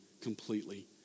completely